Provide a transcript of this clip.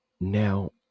Now